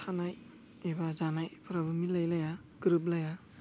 थानाय एबा जानायफोराबो मिलाय लाया गोरोब लाया